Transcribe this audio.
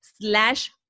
slash